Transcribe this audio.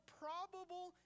probable